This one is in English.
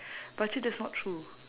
but actually that's not true